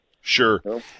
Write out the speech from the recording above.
sure